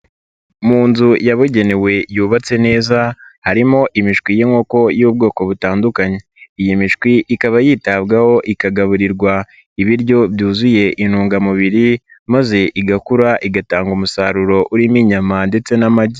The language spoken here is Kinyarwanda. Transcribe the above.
Mu nzu yabugenewe yubatse neza harimo imishwi y'inkoko y'ubwoko butandukanye iyi mishwi ikaba yitabwaho ikagaburirwa ibiryo byuzuye intungamubiri maze igakura igatanga umusaruro urimo inyama ndetse n'amagi.